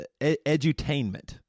edutainment